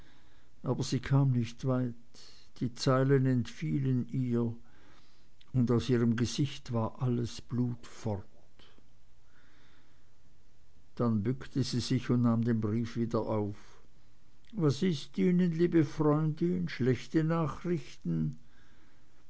aber sie kam nicht weit die zeilen entfielen ihr und aus ihrem gesicht war alles blut fort dann bückte sie sich und nahm den brief wieder auf was ist ihnen liebe freundin schlechte nachrichten